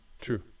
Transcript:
True